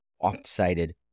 oft-cited